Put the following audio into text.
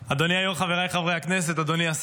אדוני.